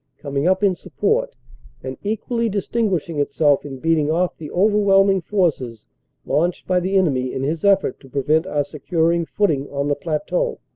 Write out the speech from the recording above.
coming up in support and equally distinguishing itself in beating off the overwhelming forces launched by the enemy in his effort to prevent our securing footing on the plateau.